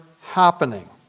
happening